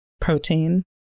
protein